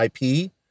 IP